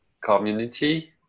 community